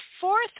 fourth